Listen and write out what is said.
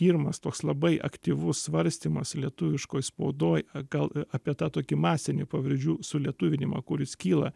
pirmas toks labai aktyvus svarstymas lietuviškoj spaudoj gal apie tą tokį masinį pavardžių sulietuvinimą kuris kyla